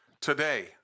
Today